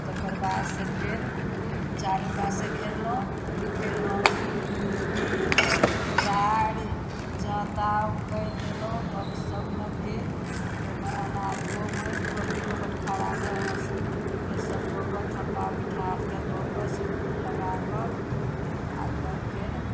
तकरबाद से फेर चारु कात से घेरलहुँ फेर हाँसु खुरपी कोदारि जाँता उखरि देलहुँ तब सबमे फेर ओहिमे ओना धो माजि कऽ किलो बटखाराके हाँसु खुरपीके सब कऽ कऽ थप्पा पीठारके दऽ कऽ सिन्दूर लगा कऽ आ तब फेर